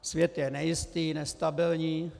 Svět je nejistý, nestabilní.